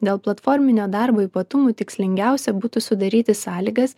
dėl platforminio darbo ypatumų tikslingiausia būtų sudaryti sąlygas